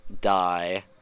die